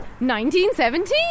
1917